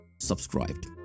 subscribed